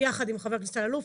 יחד עם חבר הכנסת אללוף,